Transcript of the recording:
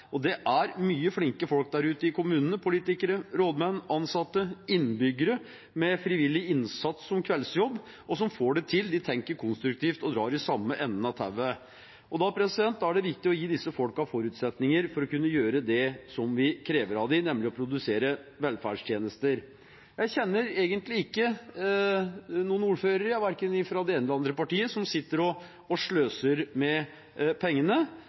Det er mange flinke folk der ute i kommunene – politikere, rådmenn, ansatte, innbyggere med frivillig innsats som kveldsjobb. De får det til, de tenker konstruktivt og drar i samme enden av tauet. Da er det viktig å gi disse folkene forutsetninger for å kunne gjøre det vi krever av dem, nemlig å produsere velferdstjenester. Jeg kjenner egentlig ikke noen ordførere, verken fra det ene eller det andre partiet, som sitter og sløser med pengene.